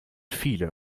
viele